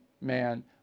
man